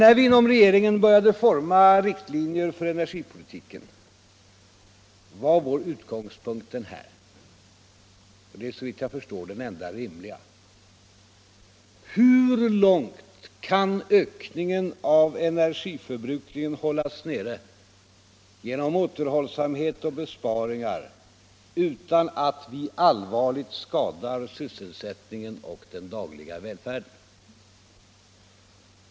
När vi inom regeringen började forma riktlinjer för energipolitiken var vår utgångspunkt denna och det är såvitt jag förstår den enda rimliga: Hur långt kan ökningen av energiförbrukningen hållas nere genom återhållsamhet och besparingar utan att vi allvarligt skadar sysselsättningen och den dagliga välfärden?